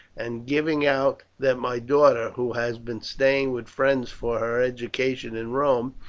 and giving out that my daughter, who has been staying with friends for her education in rome,